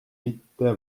mitte